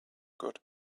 good